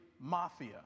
mafia